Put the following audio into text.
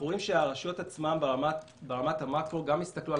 אנחנו רואים שהרשויות עצמן ברמת המקרו גם הסתכלו על